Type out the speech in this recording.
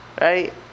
right